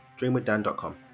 dreamwithdan.com